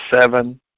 Seven